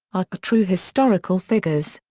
are true historical figures.